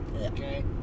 okay